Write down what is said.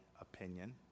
opinion